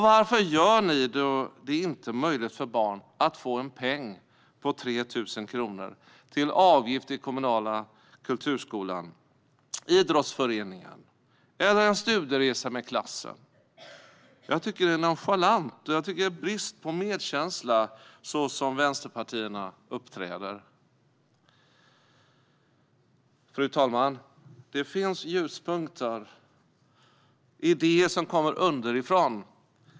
Varför gör ni det inte möjligt för barn att få en peng på 3 000 kronor till avgift i den kommunala kulturskolan, idrottsföreningen eller till en studieresa med klassen? Jag tycker att det är nonchalant och visar på brist på medkänsla så som vänsterpartierna uppträder. Fru talman! Det finns ljuspunkter, idéer som kommer underifrån.